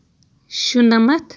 شُنَمَتھ